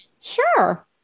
Sure